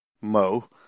Mo